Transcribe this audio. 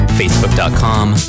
facebook.com